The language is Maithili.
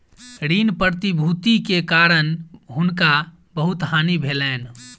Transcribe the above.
ऋण प्रतिभूति के कारण हुनका बहुत हानि भेलैन